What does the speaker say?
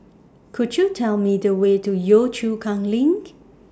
Could YOU Tell Me The Way to Yio Chu Kang LINK